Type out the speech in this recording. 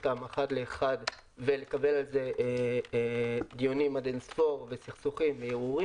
אותם אחד לאחד ולקיים על זה אין-ספור דיונים וסכסוכים וערעורים.